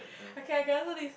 I can I can answer this